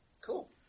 Cool